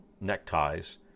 neckties